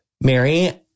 Mary